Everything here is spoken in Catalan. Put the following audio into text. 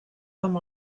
com